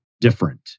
different